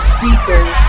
speakers